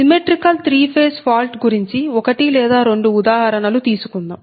symmetrical three phase fault గురించి ఒకటి లేదా రెండు ఉదాహరణలు తీసుకుందాం